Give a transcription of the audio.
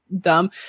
dumb